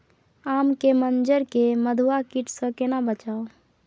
आम के मंजर के मधुआ कीट स केना बचाऊ?